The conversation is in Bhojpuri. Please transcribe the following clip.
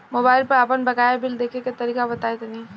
मोबाइल पर आपन बाकाया बिल देखे के तरीका बताईं तनि?